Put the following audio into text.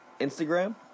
Instagram